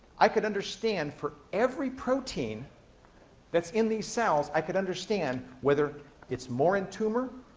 i could understand, for every protein that's in these cells, i could understand whether it's more in tumor,